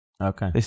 Okay